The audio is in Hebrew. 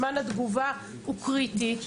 זמן התגובה הוא קריטי,